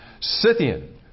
Scythian